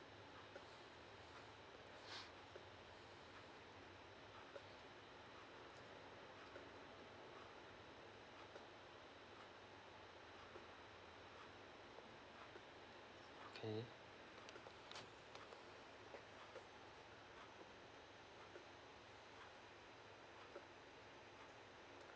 okay